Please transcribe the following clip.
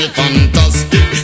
fantastic